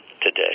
today